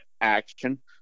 action